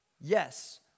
Yes